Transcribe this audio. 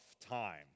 time